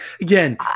Again